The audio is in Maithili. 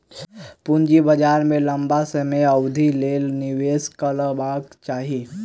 पूंजी बाजार में लम्बा समय अवधिक लेल निवेश करबाक चाही